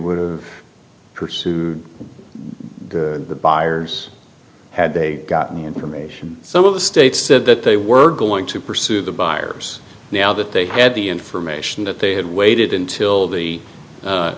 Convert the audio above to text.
would've pursued the buyers had they gotten the information some of the states said that they were going to pursue the buyers now that they had the information that they had waited until the